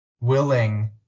willing